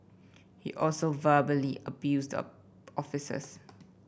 he also verbally abused the officers